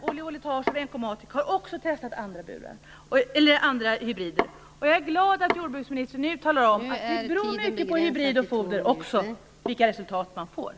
Oli-Voletage och Vencomatic har också testat andra hybrider. Jag är glad över att jordbruksministern nu talar om att vilka resultat man får beror mycket på hybrid och foder.